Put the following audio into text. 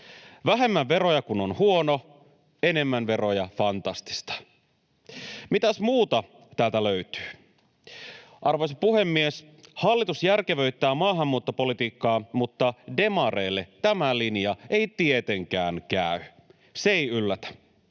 vähemmän veroja kun on huono, enemmän veroja fantastista. Mitäs muuta täältä löytyy? Arvoisa puhemies! Hallitus järkevöittää maahanmuuttopolitiikkaa, mutta demareille tämä linja ei tietenkään käy. Se ei yllätä.